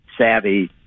savvy